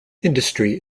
industry